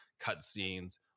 cutscenes